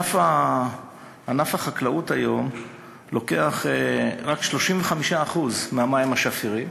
ענף החקלאות לוקח רק 35% מהמים השפירים,